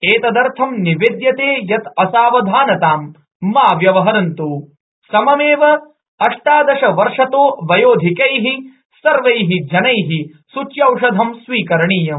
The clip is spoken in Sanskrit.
एतदर्थ निवेदयते यत असवाधनतां मा व्यवहरन्त् सममेव पञ्चचत्वारिशत वर्षतो वयोधिकैः सर्वैः जनैः सूच्यौषधं स्वीकरणीयम